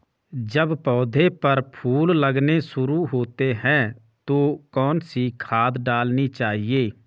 जब पौधें पर फूल लगने शुरू होते हैं तो कौन सी खाद डालनी चाहिए?